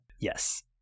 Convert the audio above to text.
yes